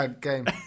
Game